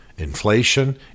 Inflation